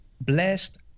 blessed